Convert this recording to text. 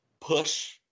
push